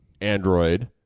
android